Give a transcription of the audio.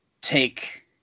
take